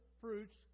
fruits